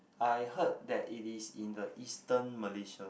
I heard that it is in the eastern Malaysia